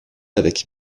avec